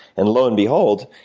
and low and behold,